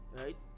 Right